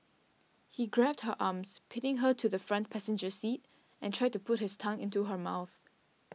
he grabbed her arms pinning her to the front passenger seat and tried to put his tongue into her mouth